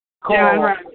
call